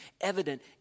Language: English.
evident